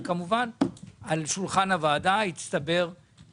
וכמובן על שולחן הוועדה הצטברו